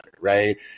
right